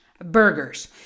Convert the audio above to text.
Burgers